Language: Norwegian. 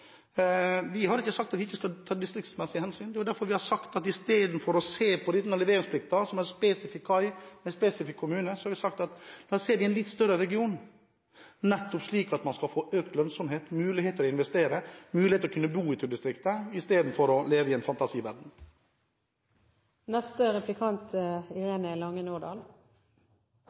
Vi har ikke sagt at vi ikke skal ta distriktsmessige hensyn. Men i stedet for å se på leveringsplikten for en spesifikk kai, en spesifikk kommune, har vi sagt: La oss se dette i sammenheng med en større region, slik at man får økt lønnsomhet, mulighet til å investere og mulighet til å bo ute i distriktene i stedet for å leve i en fantasiverden.